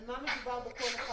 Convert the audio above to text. על מה מדובר בכל אחד